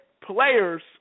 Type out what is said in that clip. players